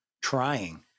trying